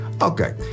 Okay